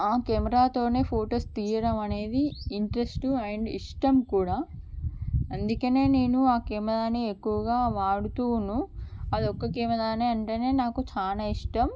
ఆ కెమెరాతోనే ఫొటోస్ తీయడం అనేది ఇంట్రెస్ట్ అండ్ ఇష్టం కూడా అందుకనే నేను ఆ కెమెరాని ఎక్కువగా వాడుతును అది ఒక్క కెమెరానే అంటేనే నాకు చాలా ఇష్టం